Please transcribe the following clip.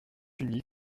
unies